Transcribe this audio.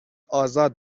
ازاد